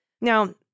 Now